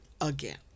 again